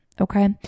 okay